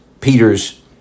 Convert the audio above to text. Peter's